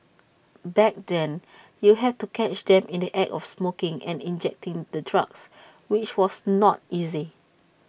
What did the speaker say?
back then you had to catch them in the act of smoking and injecting the drugs which was not easy